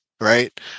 right